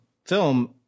film